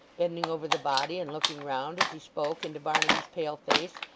bending over the body and looking round as he spoke into barnaby's pale face,